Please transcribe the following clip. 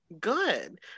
good